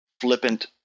flippant